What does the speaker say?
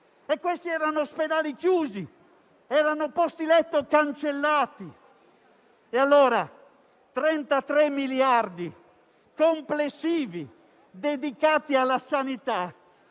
tradotti in ospedali chiusi e posti letto cancellati. I 33 miliardi complessivi dedicati alla sanità